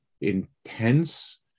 intense